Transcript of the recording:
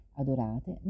adorate